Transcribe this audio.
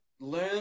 learn